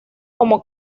como